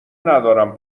ندارم